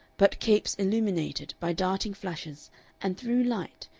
but capes illuminated by darting flashes and threw light,